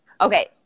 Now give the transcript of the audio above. Okay